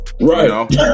Right